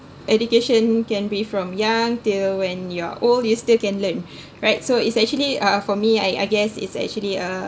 education can be from young till when you are old you still can learn right so it's actually uh for me I I guess it's actually uh